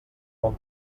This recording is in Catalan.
bon